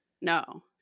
No